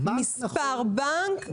מספר בנק נכון,